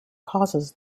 causes